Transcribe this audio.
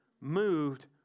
moved